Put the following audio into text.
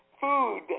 food